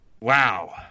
Wow